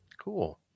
Cool